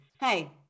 Hey